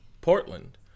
Portland